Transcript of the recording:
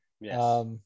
Yes